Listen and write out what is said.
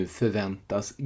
förväntas